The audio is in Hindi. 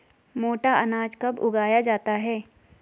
मोटा अनाज कब उगाया जाता है?